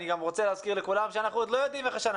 אני רוצה להזכיר לכולם שאנחנו עוד לא יודעים איך השנה